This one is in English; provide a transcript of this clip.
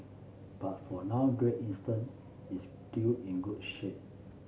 but for now Great Eastern is still in good shape